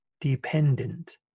dependent